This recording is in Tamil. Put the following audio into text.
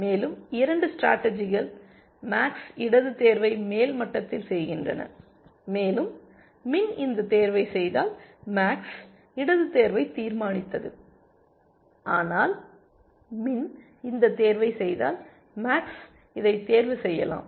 மேலும் 2 ஸ்டேடர்ஜிகள் மேக்ஸ் இடது தேர்வை மேல் மட்டத்தில் செய்கின்றன மேலும் மின் இந்தத் தேர்வை செய்தால் மேக்ஸ் இடது தேர்வைத் தீர்மானித்தது ஆனால் மின் இந்தத் தேர்வை செய்தால் மேக்ஸ் இதைத் தேர்வு செய்யலாம்